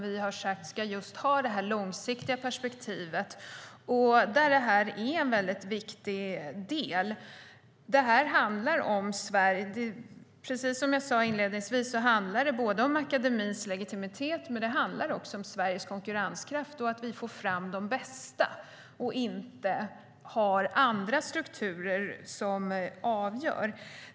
Vi har sagt att den ska ha just det långsiktiga perspektivet där detta är en väldigt viktig del. Precis som jag sade inledningsvis handlar det både om akademins legitimitet och om Sveriges konkurrenskraft, att vi får fram de bästa och att inte andra strukturer avgör.